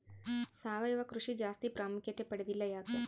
ಸಾವಯವ ಕೃಷಿ ಜಾಸ್ತಿ ಪ್ರಾಮುಖ್ಯತೆ ಪಡೆದಿಲ್ಲ ಯಾಕೆ?